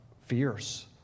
fierce